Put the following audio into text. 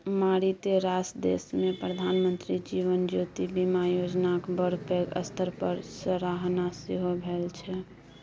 मारिते रास देशमे प्रधानमंत्री जीवन ज्योति बीमा योजनाक बड़ पैघ स्तर पर सराहना सेहो भेल छै